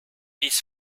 bis